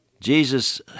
Jesus